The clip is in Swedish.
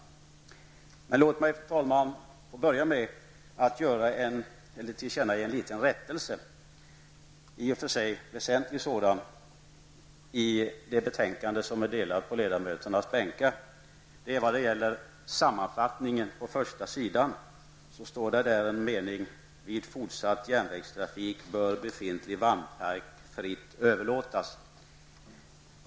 Låt mig, fru talman, få börja med att tillkännage en liten men i och för sig väsentlig rättelse i det betänkande som har delats ut på ledamöternas bänkar. Det gäller sammanfattningen på första sidan där det står en mening som lyder: ''Vid fortsatt järnvägstrafik bör befintlig vagnpark fritt överlåtas''.